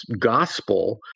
gospel